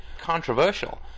controversial